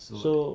so